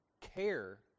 care